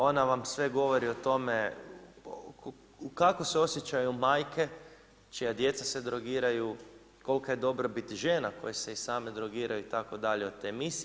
Ona vam sve govori o tome kako se osjećaju majke čija djeca se drogiraju, kolika je dobrobit žena koje se i same drogiraju itd. od te misije.